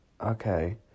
Okay